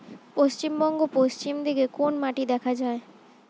পশ্চিমবঙ্গ পশ্চিম দিকে কোন মাটি দেখা যায়?